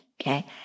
Okay